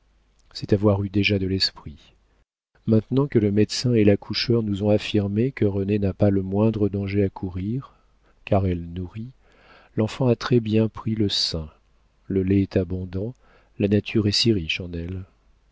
c'est avoir eu déjà de l'esprit maintenant que le médecin et l'accoucheur nous ont affirmé que renée n'a pas le moindre danger à courir car elle nourrit l'enfant a très-bien pris le sein le lait est abondant la nature est si riche en elle